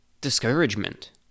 discouragement